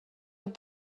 with